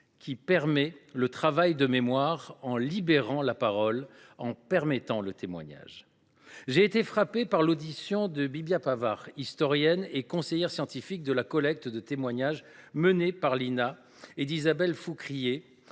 qui permet le travail de mémoire, en libérant la parole et en permettant le témoignage. J’ai été frappé par l’audition de Bibia Pavard, historienne et conseillère scientifique de la collecte de témoignages menée par l’Institut national